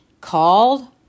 called